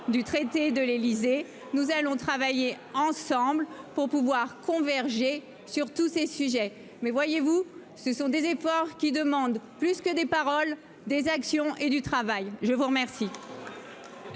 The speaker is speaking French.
du traité de l'Élysée, nous allons travailler ensemble pour pouvoir converger sur tous ces sujets, mais voyez-vous, ce sont des efforts qui demande plus que des paroles, des actions et du travail, je vous remercie.